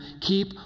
Keep